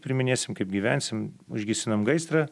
priiminėsim kaip gyvensim užgesinom gaisrą